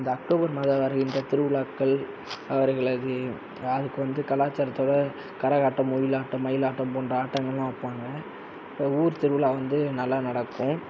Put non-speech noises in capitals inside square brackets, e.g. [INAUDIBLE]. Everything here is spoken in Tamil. இந்த அக்டோபர் மாதம் வருகின்ற திருவிழாக்கள் அவர்களது [UNINTELLIGIBLE] வந்து கலாச்சாரத்தோட கரகாட்டம் ஒயிலாட்டம் மயிலாட்டம் போன்ற ஆட்டங்கள்லாம் வைப்பாங்க அது ஊர் திருவிழா வந்து நல்லா நடக்கும்